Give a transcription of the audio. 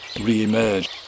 re-emerge